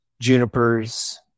junipers